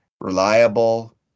reliable